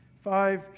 five